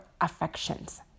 affections